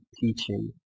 teaching